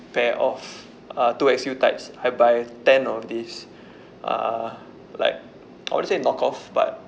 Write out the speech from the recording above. pair of a two_X_U types I buy ten of these uh like how do you say knock off but